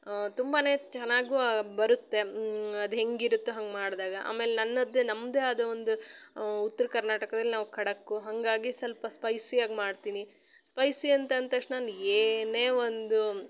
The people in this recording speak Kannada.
ತುಂಬಾ ಚೆನ್ನಾಗಿ ಬರುತ್ತೆ ಅದು ಹೆಂಗೆ ಇರುತ್ತೋ ಹಂಗೇ ಮಾಡಿದಾಗ ಆಮೇಲೆ ನನ್ನದೇ ನಮ್ಮದೇ ಆದ ಒಂದು ಉತ್ರ ಕರ್ನಾಟಕದಲ್ಲಿ ನಾವು ಖಡಕ್ಕು ಹಾಗಾಗಿ ಸ್ವಲ್ಪ ಸ್ಪೈಸಿ ಆಗಿ ಮಾಡ್ತೀನಿ ಸ್ಪೈಸಿ ಅಂತ ಅಂದ ತಕ್ಷಣ ಏನೇ ಒಂದು